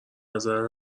نزدن